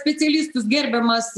specialistus gerbiamas